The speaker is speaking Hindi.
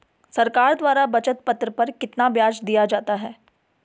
सरकार द्वारा बचत पत्र पर कितना ब्याज दिया जाता है?